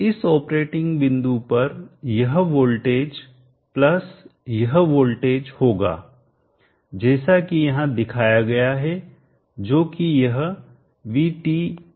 इस ऑपरेटिंग बिंदु पर यह वोल्टेज प्लस यह वोल्टेज वोल्टेज होगा जैसा कि यहां दिखाया गया है जो कि यह VT1VT2 है